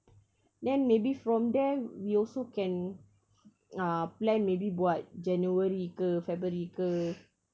then maybe from there we also can uh plan maybe buat january ke february ke